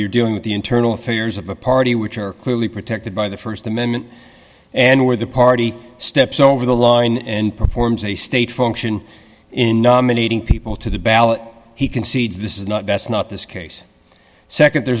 you're dealing with the internal affairs of a party which are clearly protected by the st amendment and where the party steps over the line and performs a state function in nominating people to the ballot he concedes this is not that's not this case